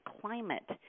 climate